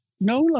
No